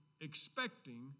expecting